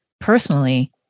personally